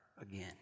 again